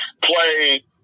play